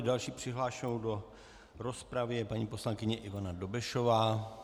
Další přihlášenou do rozpravy je paní poslankyně Ivana Dobešová.